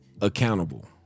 accountable